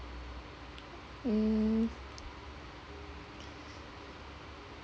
mm